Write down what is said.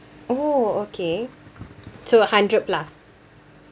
oh okay two hundred plus